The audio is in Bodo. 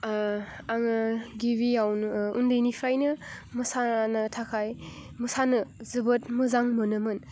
आङो गिबियावनो उन्दैनिफ्रायनो मोसानो थाखाय मोसानो मोजां मोनोमोन